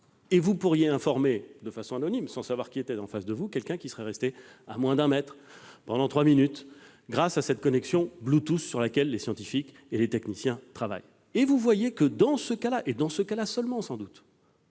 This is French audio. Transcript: et vous pourriez informer de façon anonyme, sans savoir qui était en face de vous, quelqu'un qui serait resté à moins d'un mètre de vous pendant trois minutes, et ce grâce à cette connexion Bluetooth sur laquelle les scientifiques et les techniciens travaillent. Vous le voyez, dans ce cas-là, et sans doute dans ce cas-là seulement, cet